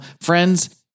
friends